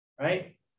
Right